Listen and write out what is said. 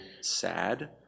sad